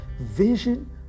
Vision